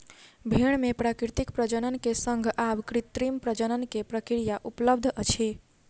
भेड़ मे प्राकृतिक प्रजनन के संग आब कृत्रिम प्रजनन के प्रक्रिया उपलब्ध अछि